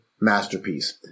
masterpiece